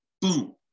boom